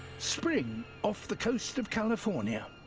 spring off the coast of california